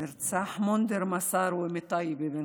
נרצח מונדר מסארוה מטייבה,